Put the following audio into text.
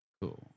Cool